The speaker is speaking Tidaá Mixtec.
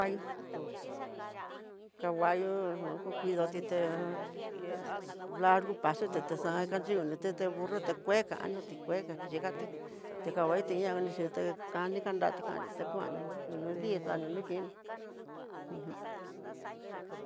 Kuaí canguallo no nokudotité, largo poxuté taxan kaxhingona ne teté nguete kanó tí kué kaxhikati tekava'a tiña yité kuani kanrati kanti ta nguani kuno dii xa no nokinó ujun.